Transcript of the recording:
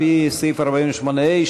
על-פי סעיף 48(ה),